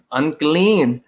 unclean